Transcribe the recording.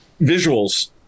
visuals